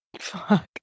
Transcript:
fuck